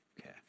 Okay